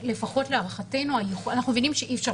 לפחות להערכתנו אנחנו מבינים שאי אפשר